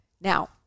Now